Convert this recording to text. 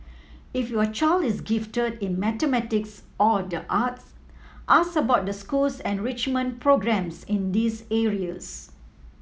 if your child is gifted in mathematics or the arts ask about the school's enrichment programmes in these areas